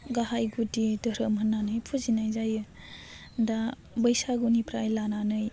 गाहाय गुदि धोहोरोम होन्नानै फुजिनाय जायो दा बैसागुनिफ्राय लानानै